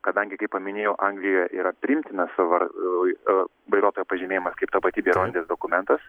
kadangi kaip paminėjau anglijoje yra priimtinas vairuotojo pažymėjimas kaip tapatybę įrodantis dokumentas